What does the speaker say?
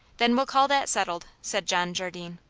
then we'll call that settled, said john jardine.